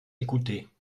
écoutée